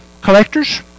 collectors